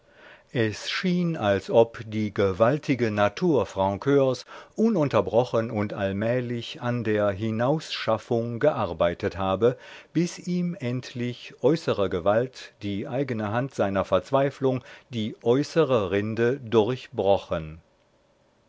es schien als ob die gewaltige natur francurs ununterbrochen und allmählich an der hinausschaffung gearbeitet habe bis ihm endlich äußere gewalt die eigne hand seiner verzweiflung die äußere rinde durchbrochen